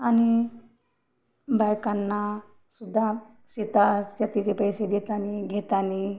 आणि बायकांना सुुद्धा शेता शेतीचे पैसे देताना घेताना